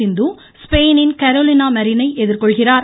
சிந்து ஸ்பெயினின் கரோலினா மரினை எதிர்கொள்கிறார்